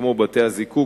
כמו בתי-הזיקוק,